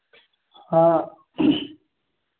हाँ